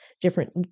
different